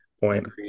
point